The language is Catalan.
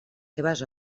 seves